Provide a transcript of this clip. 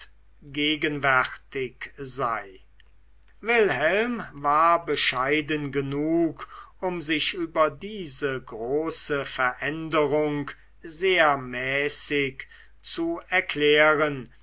gegenwärtig sei wilhelm war bescheiden genug um sich über diese große veränderung sehr mäßig zu erklären